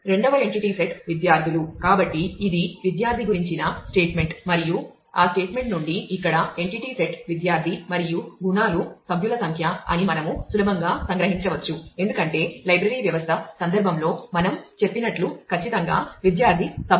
రెండవ entity set అని మనము అనుకుంటాము